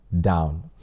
down